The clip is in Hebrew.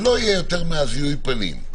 שלא יהיה יותר מזיהוי הפנים.